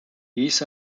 these